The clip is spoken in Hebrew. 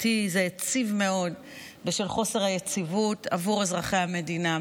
אותי זה העציב מאוד בשל חוסר היציבות עבור אזרחי המדינה.